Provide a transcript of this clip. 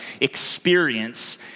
experience